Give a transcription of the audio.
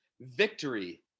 victory